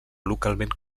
localment